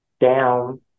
down